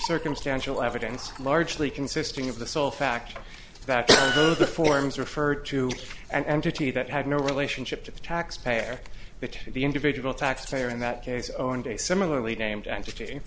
circumstantial evidence largely consisting of the sole fact that the forms referred to an entity that had no relationship to the tax payer which the individual taxpayer in that case owned a similarly named ent